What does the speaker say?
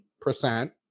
Percent